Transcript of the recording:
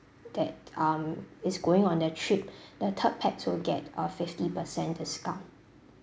that um is going on a trip the third pax will get a fifty percent discount